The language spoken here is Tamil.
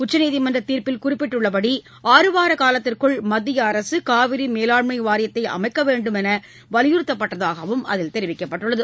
உச்சநீதிமன்ற தீர்ப்பில் குறிப்பிட்டுள்ளபடி ஆறுவார காலத்திற்குள் மத்திய அரசு காவிரி மேலாண்மை வாரியத்தை அமைக்க வேண்டுமென வலியுறுத்தப்பட்டதாகவும் அதில் தெரிவிக்கப்பட்டுள்ளது